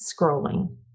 scrolling